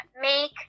make